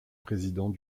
président